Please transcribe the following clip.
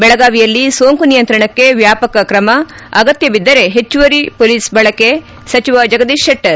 ಬೆಳಗಾವಿಯಲ್ಲಿ ಸೋಂಕು ನಿಯಂತ್ರಣಕ್ಕೆ ವ್ಯಾಪಕ ಕ್ರಮ ಅಗತ್ಯಬಿದ್ದರೆ ಹೆಚ್ಚುವರಿ ಮೊಲೀಸ್ ಬಳಕೆ ಸಚಿವ ಜಗದೀಶ್ ಶೆಟ್ಸರ್